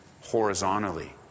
horizontally